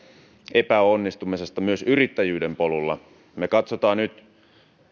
epäonnistumisesta myös yrittäjyyden polulla me katsomme nyt